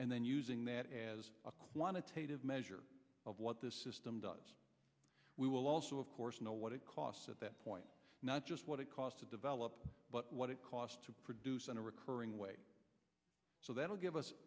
and then using that as a quantitative measure of what this system does we will also of course know what it costs at that point not just what it cost to develop but what it cost to produce in a recurring way so that'll give us